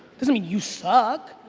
doesn't mean you suck.